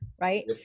right